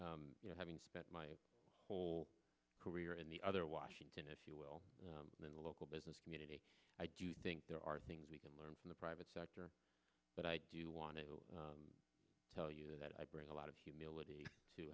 you know having spent my whole career in the other washington if you will in the local business community i do think there are things we can learn from the private sector but i do want to tell you that i bring a lot of humility to